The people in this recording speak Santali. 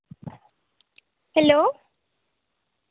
ᱦᱮᱞᱳ